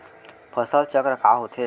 फसल चक्र का होथे?